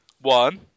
One